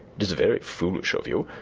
it is very foolish of you.